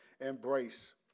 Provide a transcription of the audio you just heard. embrace